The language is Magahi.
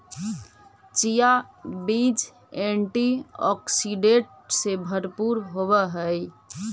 चिया बीज एंटी ऑक्सीडेंट से भरपूर होवअ हई